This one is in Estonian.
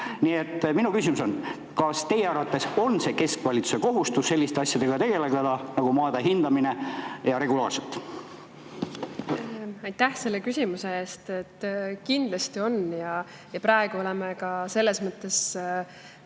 Nii et minu küsimus on: kas teie arvates on keskvalitsuse kohustus sellise asjaga nagu maade hindamine tegeleda regulaarselt? Aitäh selle küsimuse eest! Kindlasti on. Praegu oleme ka selles mõttes